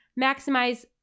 Maximize